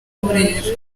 burera